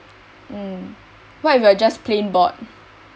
um what if you are just plain bored